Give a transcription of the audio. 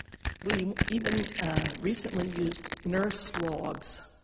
we even recently used nurse logs.